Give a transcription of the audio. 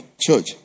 church